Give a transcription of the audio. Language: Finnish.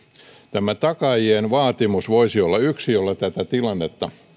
tämä takaajien vaatimus voisi olla yksi jolla tätä tilannetta